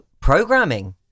programming